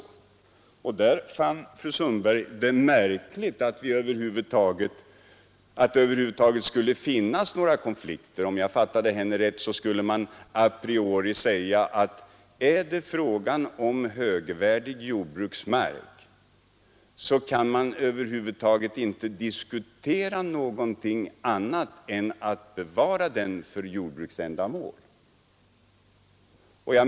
Fru Sundberg fann det märkligt att här över huvud taget skulle kunna finnas några konflikter. Om jag fattade henne rätt ansåg hon att man a priori skulle uttala att är det fråga om högvärdig jordbruksmark, så kan man över huvud taget inte diskutera någonting annat än att bevara den för jordbruksändamål.